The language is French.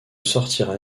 sortira